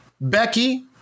Becky